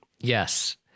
Yes